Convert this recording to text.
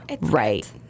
right